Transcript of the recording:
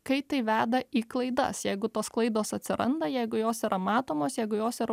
kai tai veda į klaidas jeigu tos klaidos atsiranda jeigu jos yra matomos jeigu jos yra